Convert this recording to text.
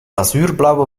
azuurblauwe